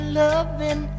loving